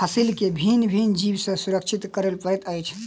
फसील के भिन्न भिन्न जीव सॅ सुरक्षित करअ पड़ैत अछि